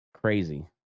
crazy